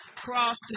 Cross